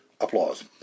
Applause